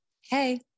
hey